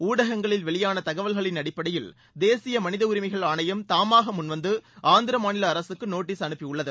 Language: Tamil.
ஊடகங்களில் வெளியான தகவல்களின் அடிப்படையில் தேசிய மனித உரிமைகள் ஆணையம் தாமாக முன்வந்து ஆந்திர மாநில அரசுக்கு நோட்டீஸ் அனுப்பியுள்ளது